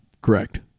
Correct